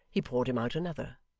he poured him out another,